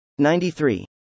93